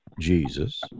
Jesus